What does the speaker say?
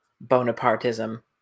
bonapartism